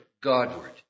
Godward